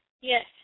Yes